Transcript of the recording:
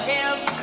help